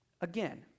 Again